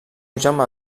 jaume